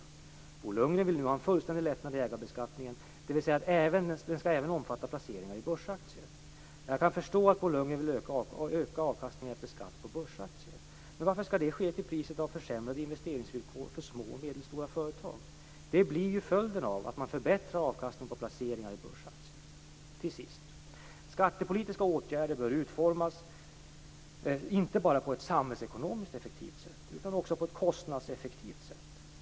Bo Lundgren vill nu ha en fullständig lättnad i ägarbeskattningen, dvs. att den även skall omfatta placeringar i börsaktier. Jag kan förstå att Bo Lundgren vill öka avkastningen efter skatt på börsaktier. Men varför skall det ske till priset av försämrade investeringsvillkor för små och medelstora företag? Detta blir ju följden av att man förbättrar avkastningen på placeringar i börsaktier. Till sist: Skattepolitiska åtgärder bör utformas, inte bara på ett samhällsekonomiskt effektivt sätt, utan också på ett kostnadseffektivt sätt.